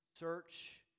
search